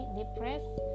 depressed